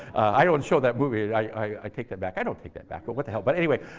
i don't show that movie. i take that back. i don't take that back, but what the hell. but anyway,